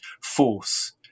force